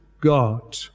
God